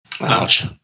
Ouch